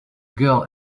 girl